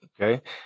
Okay